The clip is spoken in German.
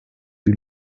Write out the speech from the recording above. die